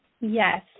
Yes